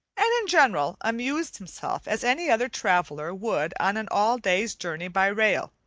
and in general amused himself as any other traveller would on an all-day's journey by rail,